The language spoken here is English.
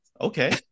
Okay